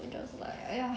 because like !aiya!